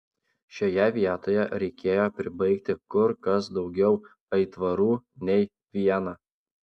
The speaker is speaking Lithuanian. šioje vietoje reikėjo pribaigti kur kas daugiau aitvarų nei vieną